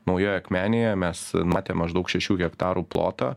naujoj akmenėje mes numatėm maždaug šešių hektarų plotą